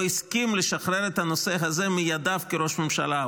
הסכים לשחרר את הנושא הזה מידיו כראש ממשלה.